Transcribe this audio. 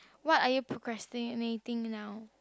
what are you procrastinating now